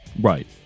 Right